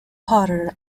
potter